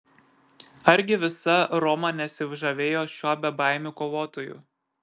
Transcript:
argi visa roma nesižavėjo šiuo bebaimiu kovotoju